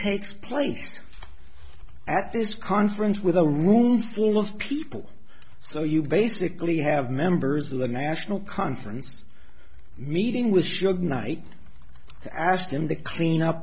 takes place at this conference with a room full of people so you basically have members of the national conference meeting was sure good night to ask them to clean up